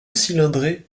cylindrée